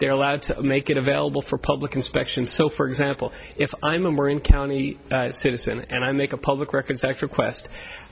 they're allowed to make it available for public inspection so for example if i'm a marine county citizen and i make a public records act request